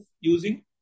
using